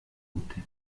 boote